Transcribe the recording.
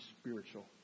spiritual